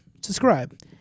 Subscribe